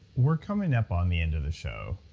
we're coming up on the end of the show.